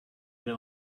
der